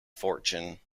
fortune